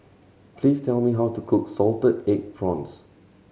please tell me how to cook salted egg prawns